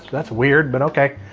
that's weird, but okay.